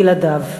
בלעדיו.